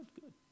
good